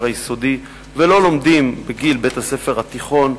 היסודי ולא לומדים בגיל בית-הספר התיכון,